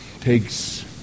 takes